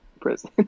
prison